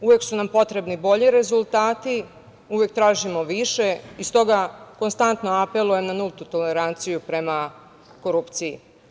Uvek su nam potrebni bolji rezultati, uvek tražimo više i stoga konstantno apelujem na nultu toleranciju prema korupciji.